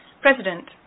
President